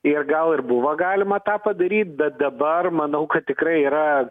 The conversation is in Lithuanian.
ir gal ir buvo galima tą padaryt bet dabar manau kad tikrai yra